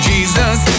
Jesus